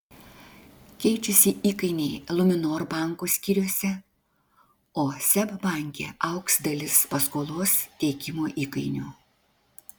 keičiasi įkainiai luminor banko skyriuose o seb banke augs dalis paskolos teikimo įkainių